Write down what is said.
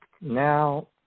now –